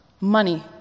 Money